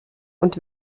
und